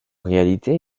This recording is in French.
réalité